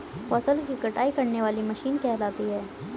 फसल की कटाई करने वाली मशीन कहलाती है?